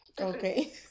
Okay